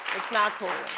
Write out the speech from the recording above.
it's not cool.